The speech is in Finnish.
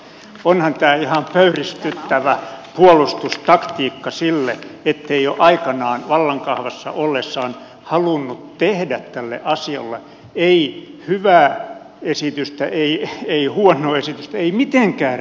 onhan tämä ihan pöyristyttävä puolustustaktiikka sille ettei se ole aikanaan vallan kahvassa ollessaan halunnut tehdä tälle asialle ei hyvää esitystä ei huonoa esitystä ei mitenkään reagoida